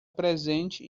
presente